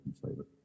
flavor